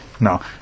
No